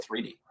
3D